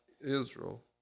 Israel